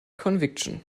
conviction